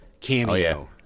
cameo